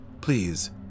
please